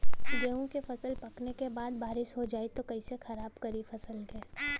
गेहूँ के फसल पकने के बाद बारिश हो जाई त कइसे खराब करी फसल के?